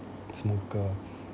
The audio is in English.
smoker